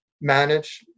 manage